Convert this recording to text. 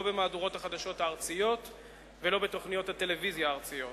לא במהדורות החדשות הארציות ולא בתוכניות הטלוויזיה הארציות.